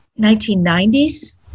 1990s